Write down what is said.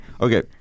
okay